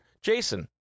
jason